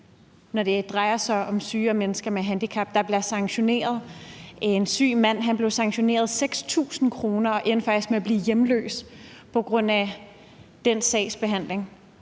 når det drejer sig om syge og mennesker med handicap, der bliver sanktioneret. En syg mand blev sanktioneret 6.000 kr. og endte faktisk med at blive hjemløs på grund af den sagsbehandling.